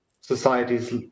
societies